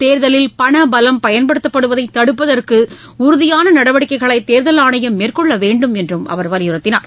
தேர்தலில் பணபலம் பயன்படுத்தப்படுவதை தடுப்பதற்கு உறுதியான நடவடிக்கைகளை தேர்தல் ஆணையம் மேற்கொள்ள வேண்டும் என்றும் அவர் வலியுறுத்தினார்